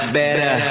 better